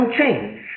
change